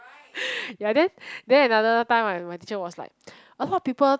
ya then then another time my my teacher was like a lot people